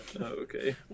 okay